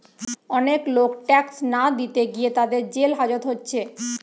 অনেক লোক ট্যাক্স না দিতে গিয়ে তাদের জেল হাজত হচ্ছে